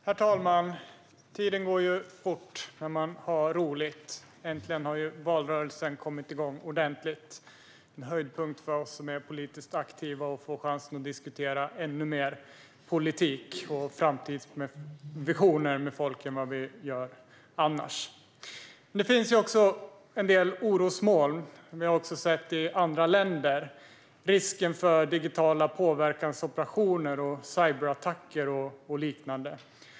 Herr talman! Tiden går fort när man har roligt. Äntligen har valrörelsen kommit igång ordentligt! Det är en höjdpunkt för oss som är politiskt aktiva. Vi får chansen att diskutera ännu mer politik och framtidsvisioner med folk än vad vi gör annars. Men det finns också en del orosmoln. Vi har i andra länder sett risken för digitala påverkansoperationer, cyberattacker och liknande.